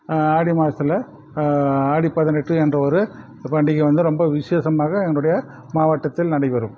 ஆடி மாசத்தில் ஆடி பதினெட்டு என்ற ஒரு பண்டிகை வந்து ரொம்ப விசேஷமாக என்னுடைய மாவட்டத்தில் நடைபெறும்